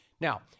Now